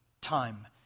time